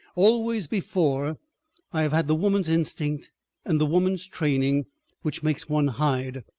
always before i have had the woman's instinct and the woman's training which makes one hide.